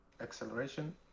acceleration